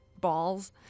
balls